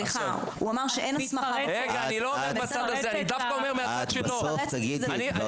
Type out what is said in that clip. הוא אמר שאין הסמכה בחוק --- את בסוף תגידי את דברייך.